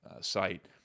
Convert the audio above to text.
site